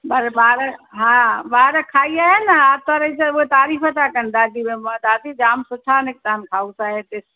पर ॿार हा ॿार खाई आया न आरितवार जो उहो तारीफ़ था कनि ॾाढी भई दादी जाम सुठा निकिता आहिनि खावसो हिते